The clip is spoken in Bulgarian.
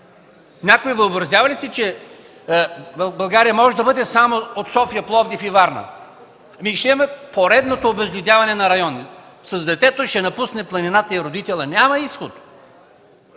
Някой въобразява ли си, че България може да бъде само от София, Пловдив и Варна?! Ще има поредното обезлюдяване на райони! С детето и родителят ще напусне планината – няма изход!